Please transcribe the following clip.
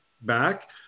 back